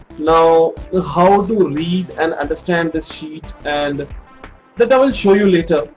now how to read and understand this sheet and that i will show you later.